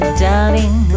darling